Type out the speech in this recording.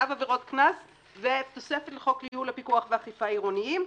צו עבירות קנס ותוספת לחוק לייעול הפיקוח ואכיפה עירוניים.